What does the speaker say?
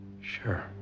Sure